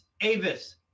Avis